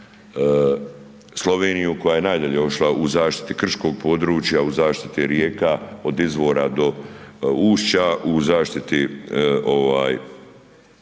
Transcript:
Sloveniju koja je najdalje otišla u zaštiti krškog područja, u zaštiti rijeka od izvora do ušća, u zaštiti